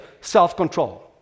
self-control